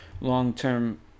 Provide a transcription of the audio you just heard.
long-term